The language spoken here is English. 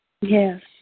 Yes